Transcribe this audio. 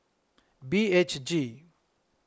B H G